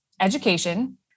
education